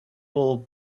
will